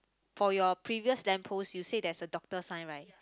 for your previous lamp post you said that's a doctor sign right